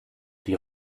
die